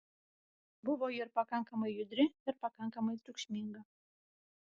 buvo ji ir pakankamai judri ir pakankamai triukšminga